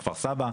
כפר סבא,